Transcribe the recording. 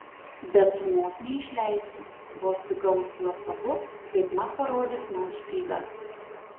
bet sūnaus neišleisiu vos tik gaus juos abu kaipmat parodys man špygą